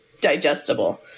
digestible